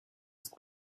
ist